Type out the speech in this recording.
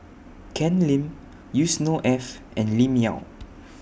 Ken Lim Yusnor Ef and Lim Yau